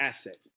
asset